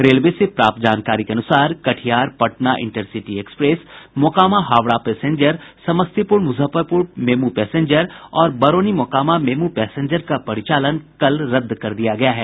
railway से प्राप्त जानकारी के अनुसार Katihar Patna intercity express Mokama Howrah passenger Samastipur Muzaffarpur MEMU passenger और बरौनी मोकामा मेमू पैसेंजर का परिचालन कल रद्द कर दिया गया है